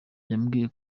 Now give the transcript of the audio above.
yambwiye